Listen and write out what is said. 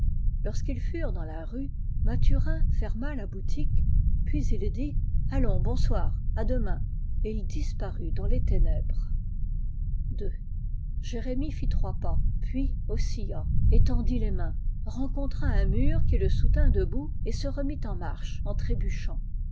lorsqu'ils furent dans la rue mathurin ferma la boutique puis il dit allons bonsoir à demain et il disparut dans les ténèbres i ii jérémie fit trois pas puis oscilla étendit les mains rencontra un mur qui le soutint debout et se remit en marche en trébuchant